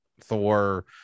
thor